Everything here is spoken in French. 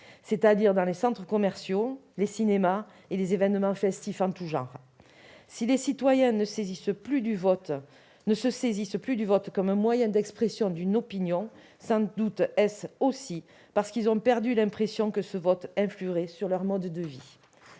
c'est-à-dire dans les centres commerciaux, les cinémas et les événements festifs en tout genre. Si les citoyens ne se saisissent plus du vote comme moyen d'expression d'une opinion, sans doute est-ce aussi parce qu'ils ont perdu l'impression que ce vote pouvait influer sur leur mode de vie.